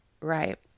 right